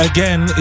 Again